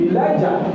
Elijah